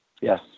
Yes